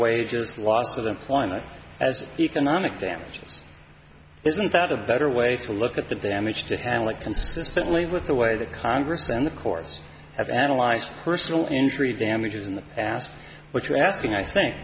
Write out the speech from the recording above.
wages loss of employment as economic damages isn't that a better way to look at the damage to him like consistently with the way the congress and the courts have analyzed personal injury damages in the past what you're asking i think